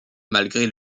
malgré